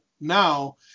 now